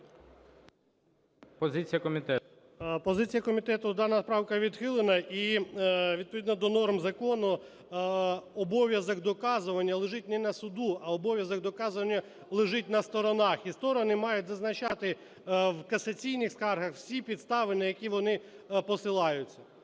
Позиція комітету: дана правка відхилена. І відповідно до норм закону обов'язок доказування лежить не на суді, а обов'язок доказування лежить на сторонах, і сторони мають зазначати в касаційних скаргах всі підстави, на які вони посилаються.